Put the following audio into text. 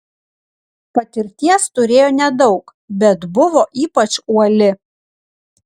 patirties turėjo nedaug bet buvo ypač uoli